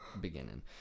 beginning